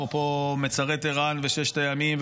אפרופו מצרי טיראן וששת הימים,